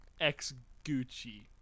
Ex-Gucci